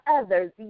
others